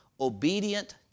obedient